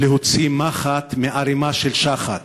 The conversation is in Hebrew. להוציא מחט מערימה של שחת.